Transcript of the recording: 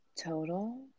total